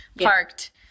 parked